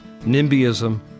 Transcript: nimbyism